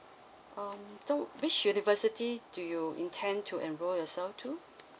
um so which university do you intend to enroll yourself to